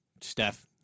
Steph